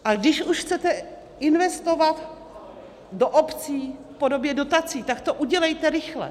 A když už chcete investovat do obcí v podobě dotací, tak to udělejte rychle.